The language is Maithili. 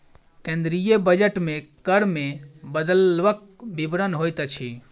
केंद्रीय बजट मे कर मे बदलवक विवरण होइत अछि